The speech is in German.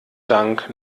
dank